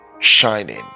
shining